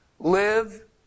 Live